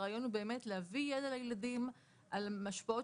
הרעיון הוא להביא ידע לילדים על השפעות